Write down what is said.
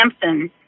Samson